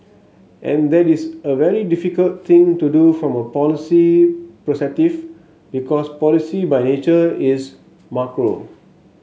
and that is a very difficult thing to do from a policy perspective because policy by nature is macro